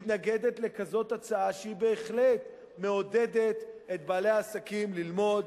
מתנגדת להצעה כזאת שבהחלט מעודדת את בעלי העסקים ללמוד,